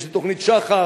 יש תוכנית שח"ר,